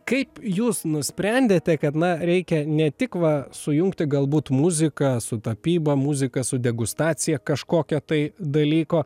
kaip jūs nusprendėte kad na reikia ne tik va sujungti galbūt muziką su tapyba muziką su degustacija kažkokio tai dalyko